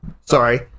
Sorry